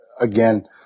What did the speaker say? again